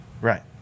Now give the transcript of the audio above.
Right